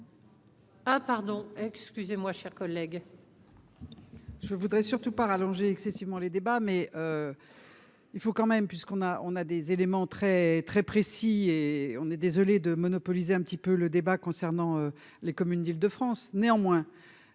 Ah pardon, excusez-moi chers collègues. Je voudrais surtout pas rallonger excessivement les débats, mais il faut quand même puisqu'on a, on a des éléments très, très précis et on est désolé de monopoliser un petit peu le débat concernant les communes d'Île-de-France, néanmoins,